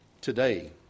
today